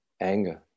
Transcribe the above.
anger